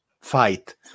fight